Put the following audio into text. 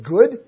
good